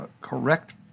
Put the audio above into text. correct